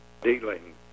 dealing